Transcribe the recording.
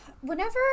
Whenever